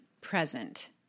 present